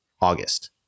August